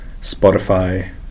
Spotify